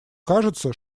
кажется